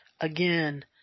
Again